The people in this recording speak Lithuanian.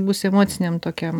bus emociniam tokiam